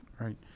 Right